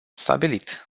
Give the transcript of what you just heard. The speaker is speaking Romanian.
stabilit